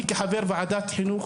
אני, כחבר ועדת חינוך,